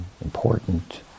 important